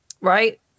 right